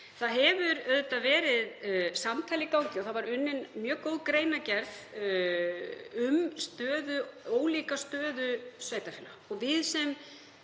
Það hefur auðvitað verið samtal í gangi og það var unnin mjög góð greinargerð um ólíka stöðu sveitarfélaga. Við sem